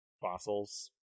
fossils